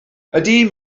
ydy